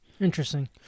Interesting